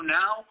now